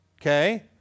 Okay